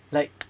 like